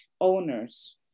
owners